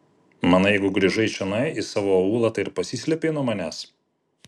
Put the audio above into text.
manai jeigu grįžai čionai į savo aūlą tai ir pasislėpei nuo manęs